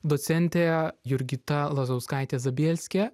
docentė jurgita lazauskaitė zabielskė